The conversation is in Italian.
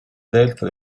delta